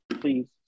Please